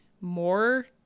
more